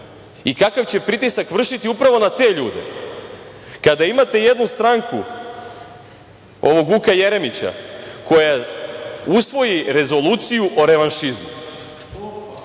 i kakav će pritisak vršiti upravo na te ljude kada imate jednu stranku ovog Vuka Jeremića koja usvoji rezoluciju o revanšizmu.